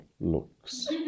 looks